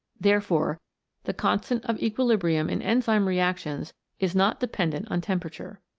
therefore the constant of equilibrium in enzyme reactions is not dependent on temperature.